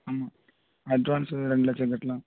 ஆமாம் அட்வான்ஸு ரெண்டு லட்சம் கட்டலாம்